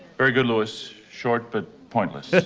very good, louis. short but pointless.